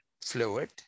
fluid